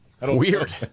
Weird